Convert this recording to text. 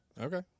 Okay